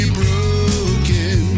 broken